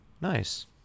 Nice